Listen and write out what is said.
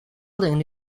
building